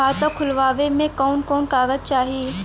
खाता खोलवावे में कवन कवन कागज चाही?